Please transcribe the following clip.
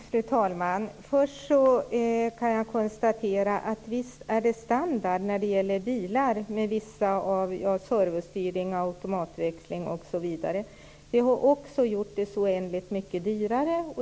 Fru talman! Först kan jag konstatera att visst är det standard med servostyrning, automatväxling osv. på bilar. Det har också gjort det så oändligt mycket dyrare.